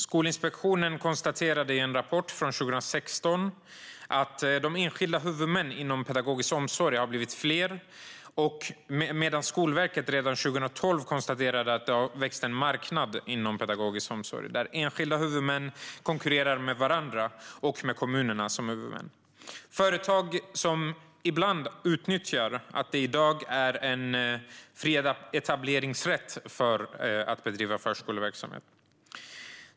Skolinspektionen konstaterar i en rapport från 2016 att de enskilda huvudmännen inom pedagogisk barnomsorg har blivit fler, medan Skolverket redan 2012 konstaterade att det vuxit fram en marknad inom pedagogisk omsorg, där enskilda huvudmän konkurrerar med varandra och med kommunerna som huvudmän. Företag utnyttjar ibland också att det i dag är fri etableringsrätt för förskoleverksamhet.